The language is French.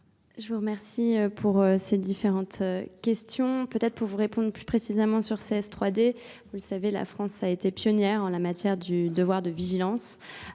je vous remercie pour ces différentes questions. Peut-être pour vous répondre plus précisément sur ces 3D. Vous le savez, la France a été pionnière en la matière du devoir de vigilance.